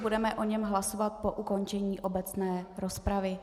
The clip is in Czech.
Budeme o něm hlasovat po ukončení obecné rozpravy.